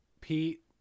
Pete